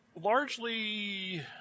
Largely